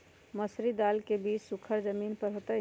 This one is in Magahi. मसूरी दाल के बीज सुखर जमीन पर होतई?